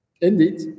Indeed